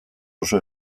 oso